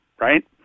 right